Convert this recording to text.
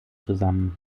zusammen